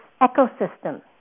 ecosystem